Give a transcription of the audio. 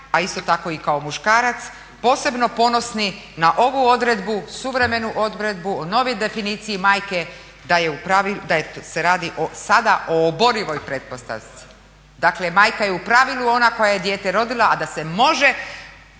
a isto tako i kao muškarac posebno ponosni na ovu odredbu, suvremenu odredbu o novoj definiciji majke da se radi sada o oborivoj pretpostavci. Dakle, majka je u pravilu ona koja je dijete rodila, a da se može